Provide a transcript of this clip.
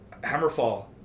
Hammerfall